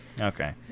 Okay